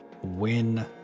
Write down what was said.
win